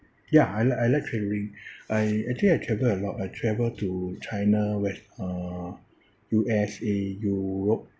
ya I like I like travelling I actually I travel a lot I travel to china west~ uh U_S_A europe